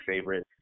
favorite